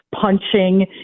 punching